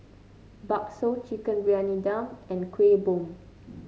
bakso Chicken Briyani Dum and Kuih Bom